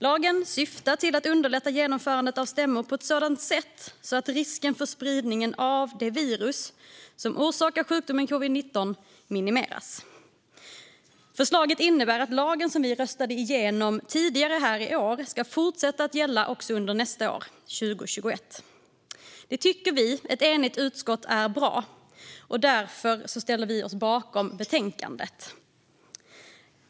Lagen syftar till att underlätta genomförandet av stämmor på ett sådant sätt att risken för spridning av det virus som orsakar sjukdomen covid-19 minimeras. Förslaget innebär att lagen som vi röstade igenom tidigare i år ska fortsätta gälla också under nästa år, 2021. Det tycker vi i civilutskottet är bra, och därför ställer vi oss eniga bakom förslaget.